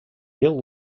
bill